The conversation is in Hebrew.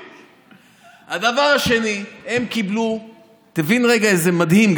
הדבר השני, תבין רגע איזה מדהים.